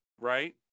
right